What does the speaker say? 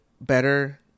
better